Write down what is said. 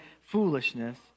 foolishness